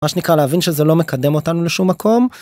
מה שנקרא להבין שזה לא מקדם אותנו לשום מקום.